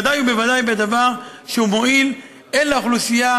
ודאי וודאי בדבר שהוא מועיל הן לאוכלוסייה